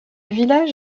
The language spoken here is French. village